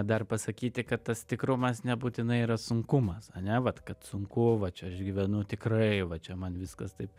dar pasakyti kad tas tikrumas nebūtinai yra sunkumas ane vat kad sunku va čia aš gyvenu tikrai va čia man viskas taip